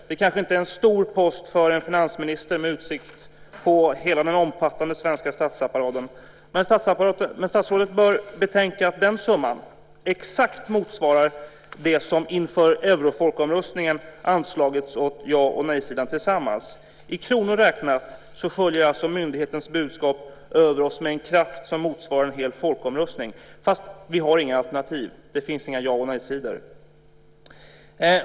Det kanske inte är en stor post för en finansminister med utsikt över hela den omfattande svenska statsapparaten, men statsrådet bör betänka att den summan exakt motsvarar det som inför eurofolkomröstningen anslagits för ja och nej-sidan tillsammans. I kronor räknat sköljer myndighetens budskap över oss med en kraft som motsvarar en hel folkomröstning - fast vi har inget alternativ; det finns inga ja och nej-sidor.